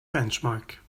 benchmark